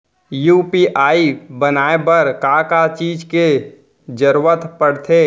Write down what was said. UPI बनाए बर का का चीज के जरवत पड़थे?